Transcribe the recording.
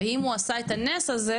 ואם הוא עשה את הנס הזה,